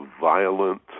violent